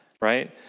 right